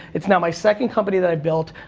it's now my second company that i've built,